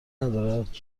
ندارد